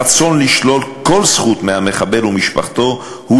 הרצון לשלול כל זכות מהמחבל ומשפחתו הוא